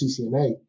CCNA